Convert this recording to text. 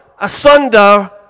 asunder